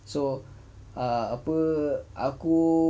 so uh apa aku